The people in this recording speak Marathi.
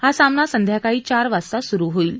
हा सामना संध्याकाळी चार वाजता सुरु होईल